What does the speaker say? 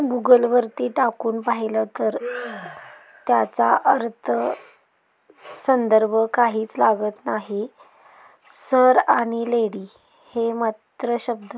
गुगलवरती टाकून पाहिलं तर त्याचा अर्थ संदर्भ काहीच लागत नाही सर आणि लेडी हे मात्र शब्द